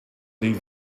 leave